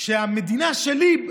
שהמדינה שלי,